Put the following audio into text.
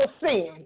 sin